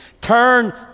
Turn